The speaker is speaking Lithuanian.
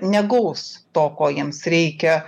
negaus to ko jiems reikia